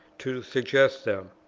to suggest them.